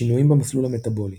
שינויים במסלול המטבולי